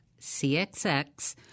CXX